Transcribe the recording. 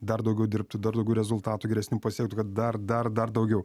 dar daugiau dirbtų dar daugiau rezultatų geresnių pasiektų kad dar dar dar daugiau